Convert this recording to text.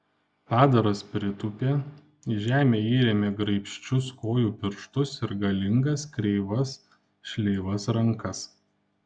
padaras pritūpė į žemę įrėmė graibščius kojų pirštus ir galingas kreivas šleivas rankas